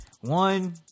one